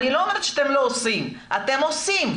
אני לא אומרת שאתם לא עושים, אתם עושים.